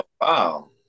wow